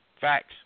Facts